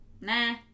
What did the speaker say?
nah